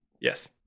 Yes